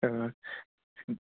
औ